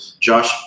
josh